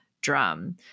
drum